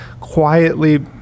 quietly